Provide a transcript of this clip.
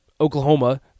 Oklahoma